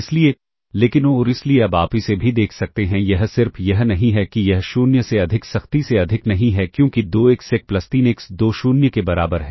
इसलिए लेकिन और इसलिए अब आप इसे भी देख सकते हैं यह सिर्फ यह नहीं है कि यह 0 से अधिक सख्ती से अधिक नहीं है क्योंकि 2 एक्स 1 प्लस 3 एक्स 2 0 के बराबर है